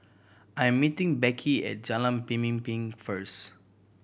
I am meeting Beckie at Jalan Pemimpin first